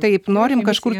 taip norim kažkur